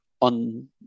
on